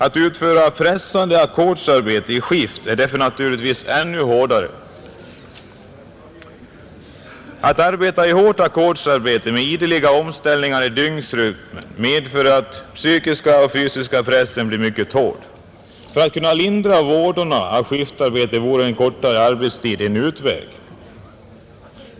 Att utföra pressande ackordsarbete i skift är därför naturligtvis ännu hårdare, Hårt ackordsarbete med ideliga omställningar i dygnsrytmen medför att den psykiska och fysiska pressen blir mycket hård. För att kunna lindra vådorna av skiftarbete vore en kortare arbetstid en utväg.